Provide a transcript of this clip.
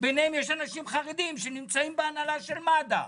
ביניהם יש אנשים חרדים שנמצאים בהנהלה של מד"א.